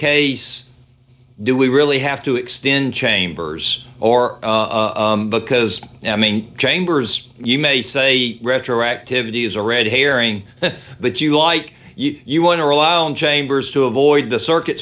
case do we really have to extend chambers or because i mean chambers you may say retroactivity is a red herring but you like you want to allow and chambers to avoid the circuit